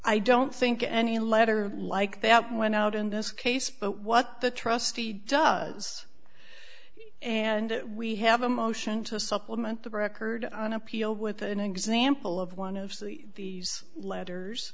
i don't think any letter like that went out in this case but what the trustee does and we have a motion to supplement the record on appeal with an example of one of these letters